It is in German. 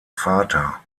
vater